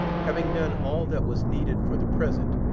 having done all that was needed for the present,